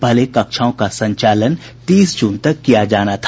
पहले कक्षाओं का संचालन तीस जून तक किया जाना था